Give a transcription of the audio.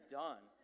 done